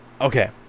Okay